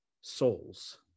souls